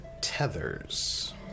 tethers